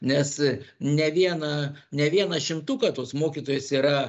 nes ne vieną ne vieną šimtuką tos mokytojos yra